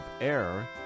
air